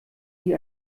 sie